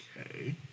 Okay